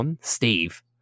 Steve